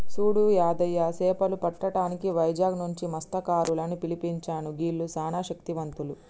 సూడు యాదయ్య సేపలు పట్టటానికి వైజాగ్ నుంచి మస్త్యకారులను పిలిపించాను గీల్లు సానా శక్తివంతులు